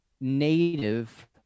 native